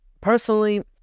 personally